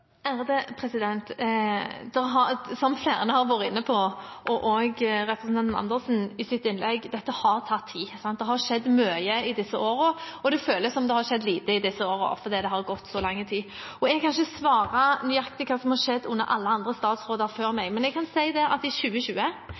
Som flere har vært inne på, også representanten Andersen i sitt innlegg, har dette tatt tid. Det har skjedd mye i disse årene, men det føles som det har skjedd lite, fordi det har gått så lang tid. Jeg kan ikke svare nøyaktig på hva som har skjedd under alle andre statsråder før meg, men jeg kan si at i 2020,